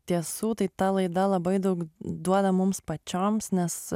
tiesų tai ta laida labai daug duoda mums pačioms nes